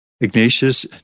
Ignatius